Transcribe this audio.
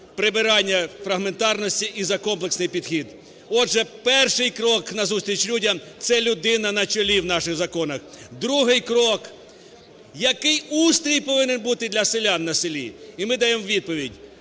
прибирання фрагментарності і за комплексний підхід. Отже, перший крок назустріч людям – це людина на чолі в наших законах. Другий крок – який устрій повинен бути для селян на селі. І ми даємо відповідь: